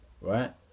right